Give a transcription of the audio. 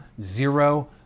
zero